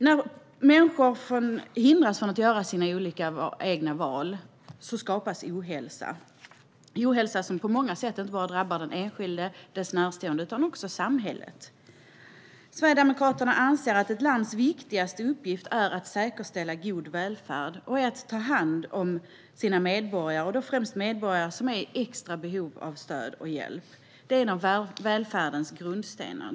När människor förhindras från att göra sina olika egna val skapas ohälsa, som på många sätt drabbar inte bara den enskilde och dess närstående utan också samhället. Sverigedemokraterna anser att ett lands viktigaste uppgift är att säkerställa god välfärd och att ta hand om sina medborgare, främst medborgare som är i extra behov av stöd och hjälp. Det är en av välfärdens grundstenar.